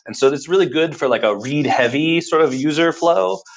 and so, this is really good for like a read-heavy sort of user flow.